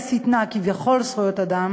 כביכול זכויות אדם,